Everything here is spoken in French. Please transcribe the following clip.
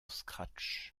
scratch